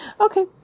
Okay